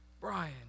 Brian